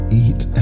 eat